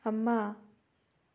ꯑꯃ